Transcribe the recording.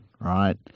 right